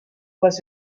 was